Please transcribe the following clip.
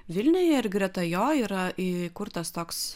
vilniuje ir greta jo yra įkurtas toks